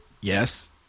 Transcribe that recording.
Yes